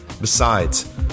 Besides